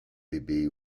bébé